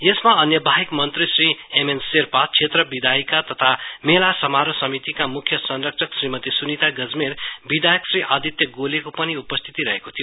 यसमा अन्य बाहेक मंत्री श्री एमएन सेर्पा क्षेत्र विधायक तथा मेला समारोह समितिका मुख्य संरक्षक श्रीमती सुनिता गजमेरविधायक श्री आदित्य गोलेको पनि उपस्थिति रहेको थियो